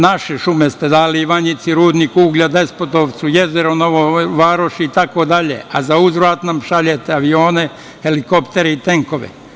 Naše šume ste dali Ivanjici, rudnik uglja Despotovcu, jezero Novoj Varoši itd, a za uzvrat nam šaljete avione, helikoptere i tenkove.